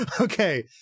Okay